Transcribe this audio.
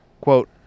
quote